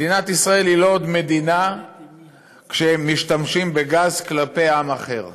מדינת ישראל היא לא עוד מדינה כשמשתמשים בגז כלפי עם אחר.